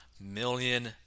million